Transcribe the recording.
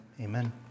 amen